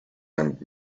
and